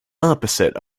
opposite